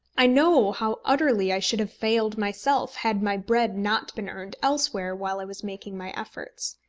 i know how utterly i should have failed myself had my bread not been earned elsewhere while i was making my efforts.